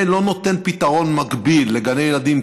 ולא נותן פתרון מקביל לגני ילדים,